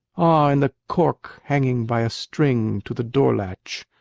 ah, and the cork hanging by a string to the door-latch!